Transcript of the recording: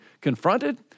confronted